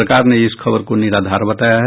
सरकार ने इस खबर को निराधार बताया है